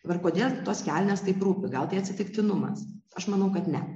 dabar kodėl tos kelnės taip rūpi gal tai atsitiktinumas aš manau kad ne